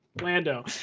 Lando